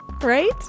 right